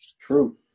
True